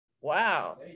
wow